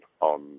on